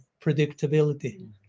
predictability